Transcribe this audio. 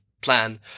plan